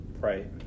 Right